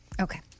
Okay